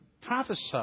prophesy